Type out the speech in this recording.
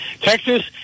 Texas